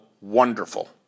wonderful